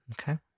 okay